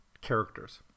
characters